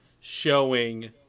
showing